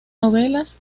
novelas